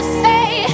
say